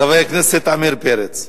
חבר הכנסת עמיר פרץ.